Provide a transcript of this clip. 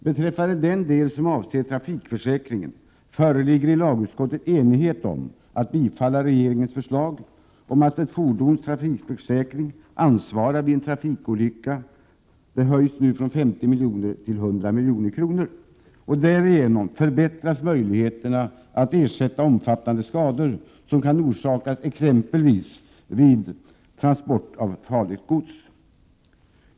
Beträffande den del som avser trafikförsäkringen föreligger i utskottet enighet om att bifalla regeringens förslag om att det högsta belopp som ett fordons trafikförsäkring ansvarar för vid en trafikolycka höjs från för närvarande 50 milj.kr. till 100 milj.kr. Därigenom förbättras möjligheterna att ersätta de omfattande skador som kan orsakas exempelvis vid transport av farligt gods.